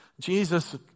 Jesus